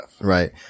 Right